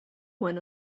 when